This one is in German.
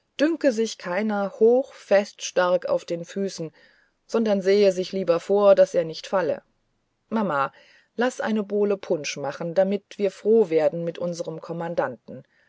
dünke sich keiner hoch fest stark auf den füßen sondern sehe sich lieber vor daß er nicht falle mama laß eine bowle punsch machen damit wir froh werden mit unserm kommandanten